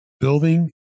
building